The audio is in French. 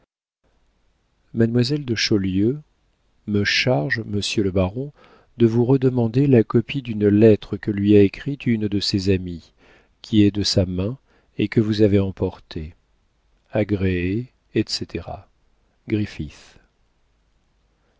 mademoiselle de chaulieu me charge monsieur le baron de vous redemander la copie d'une lettre que lui a écrite une de ses amies qui est de sa main et que vous avez emportée agréez etc